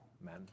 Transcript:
men